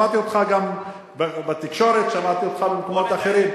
שמעתי אותך גם בתקשורת, שמעתי אותך במקומות אחרים.